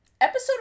Episode